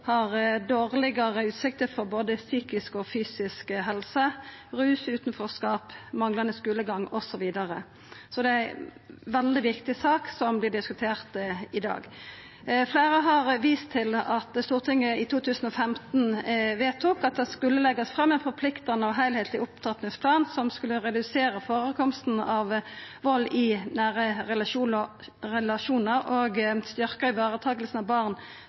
har dårlegare utsikter når det gjeld både psykisk og fysisk helse, rus, utanforskap, manglande skulegang osv. Så det er ei veldig viktig sak som vert diskutert i dag. Fleire har vist til at Stortinget i 2015 vedtok at det skulle leggjast fram ein forpliktande og heilskapleg opptrappingsplan som skulle redusera førekomsten av vald i nære relasjonar og styrkja ivaretakinga av barn